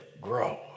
grow